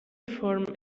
form